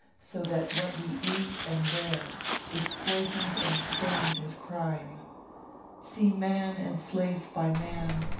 so that what we eat and wear is poisoned and stained with crime see man enslaved by man,